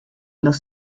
los